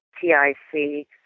T-I-C